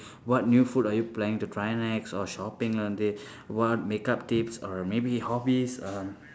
what new food are you planning to try next or shopping on the what makeup tips or maybe hobbies uh